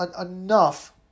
enough